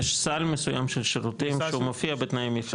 יש סל מסוים של שירותים שהוא מופיע בתנאי מכרז.